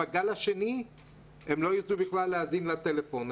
בגל השני הם לא ירצו בכלל להאזין לטלפון.